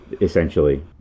essentially